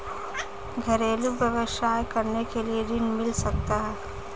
घरेलू व्यवसाय करने के लिए ऋण मिल सकता है?